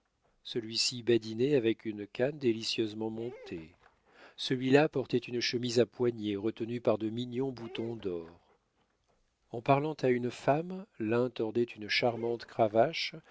celui-ci badinait avec une canne délicieusement montée celui-là portait une chemise à poignets retenus par de mignons boutons d'or en parlant à une femme l'un tordait une charmante cravache